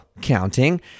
counting